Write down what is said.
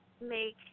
make